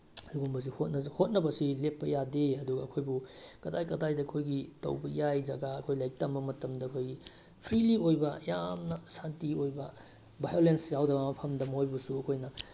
ꯁꯤꯒꯨꯝꯕꯁꯤ ꯍꯣꯠꯅꯕꯁꯤ ꯂꯦꯞꯄ ꯌꯥꯗꯦ ꯑꯗꯨꯒ ꯑꯩꯈꯣꯏꯕꯨ ꯀꯗꯥꯏ ꯀꯗꯥꯏꯗ ꯑꯩꯈꯣꯏꯒꯤ ꯇꯧꯕ ꯌꯥꯏ ꯖꯒꯥ ꯑꯩꯈꯣꯏ ꯂꯥꯏꯔꯤꯛ ꯇꯝꯕ ꯃꯇꯝꯗꯈꯣꯏꯒꯤ ꯐ꯭ꯔꯤꯂꯤ ꯑꯣꯏꯕ ꯌꯥꯝꯅ ꯁꯥꯟꯇꯤ ꯑꯣꯏꯕ ꯚꯥꯏꯌꯣꯂꯦꯟꯁ ꯌꯥꯎꯗꯕ ꯃꯐꯝꯗ ꯃꯈꯣꯕꯨꯁꯨ ꯑꯩꯈꯣꯏꯅ